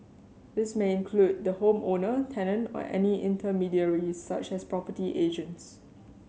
this may include the home owner tenant or any intermediaries such as property agents